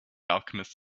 alchemist